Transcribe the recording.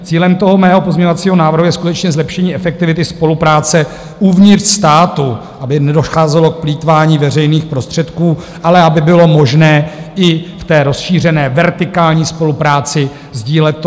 Cílem mého pozměňovacího návrhu je skutečně zlepšení efektivity spolupráce uvnitř státu, aby nedocházelo k plýtvání veřejnými prostředky, ale aby bylo možné i v rozšířené vertikální spolupráci sdílet knowhow.